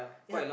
ya